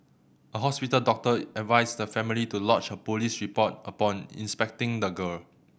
a hospital doctor advised the family to lodge a police report upon inspecting the girl